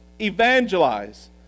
Evangelize